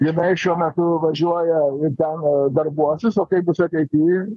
jinai šiuo metu važiuoja ten darbuosis o kaip bus ateity